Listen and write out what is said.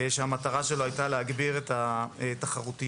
שהמטרה שלה הייתה להגביר את התחרותיות.